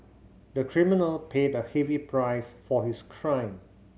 the criminal paid a heavy price for his crime